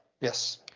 Yes